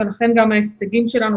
ולכן גם התוצאים שלנו,